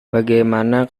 bagaimana